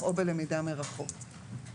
אבל כתוב "למידה בדרך אחרת שיש בה